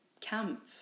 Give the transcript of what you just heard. camp